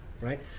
Right